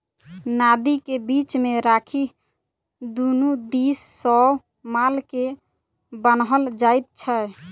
नादि के बीच मे राखि दुनू दिस सॅ माल के बान्हल जाइत छै